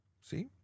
See